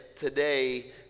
today